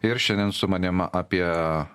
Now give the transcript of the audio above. ir šiandien su manim apie